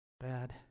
bad